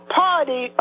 party